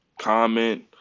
comment